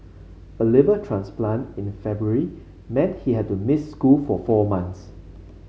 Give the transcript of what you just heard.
a liver transplant in February meant he had to miss school for four months